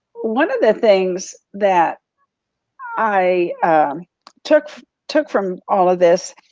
one of the things that i took took from all of this,